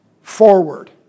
forward